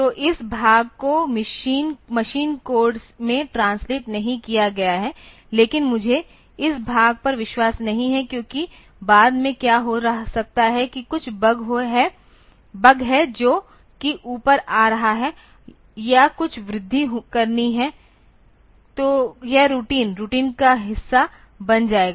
तो इस भाग को मशीन कोड में ट्रांसलेट नहीं किया गया है लेकिन मुझे इस भाग पर विश्वास नहीं है क्योंकि बाद में क्या हो सकता है कि कुछ बग है जो कि ऊपर आ रहा है या कुछ वृद्धि करनी है तो यह रूटीन रूटीन का हिस्सा बन जाएगा